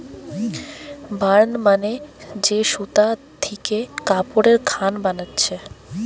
burn মানে যে সুতা থিকে কাপড়ের খান বানাচ্ছে